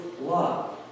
love